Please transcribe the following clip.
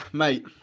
mate